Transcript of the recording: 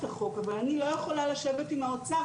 החוק אבל אני לא יכולה לשבת עם האוצר,